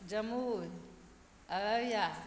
Jamui Araria